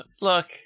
look